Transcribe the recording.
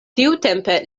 tiutempe